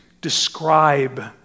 describe